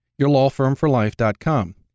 yourlawfirmforlife.com